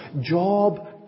Job